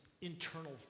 internal